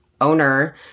owner